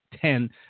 Ten